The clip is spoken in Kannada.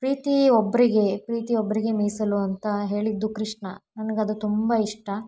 ಪ್ರೀತಿ ಒಬ್ಬರಿಗೆ ಪ್ರೀತಿ ಒಬ್ಬರಿಗೆ ಮೀಸಲು ಅಂತ ಹೇಳಿದ್ದು ಕೃಷ್ಣ ನನಗೆ ಅದು ತುಂಬ ಇಷ್ಟ